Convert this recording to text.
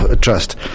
trust